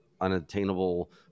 unattainable